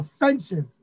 offensive